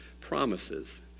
promises